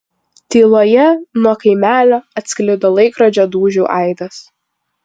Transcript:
tyloje nuo kaimelio atsklido laikrodžio dūžių aidas